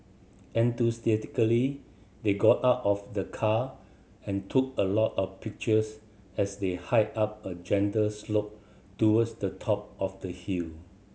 enthusiastically they got out of the car and took a lot of pictures as they hiked up a gentle slope towards the top of the hill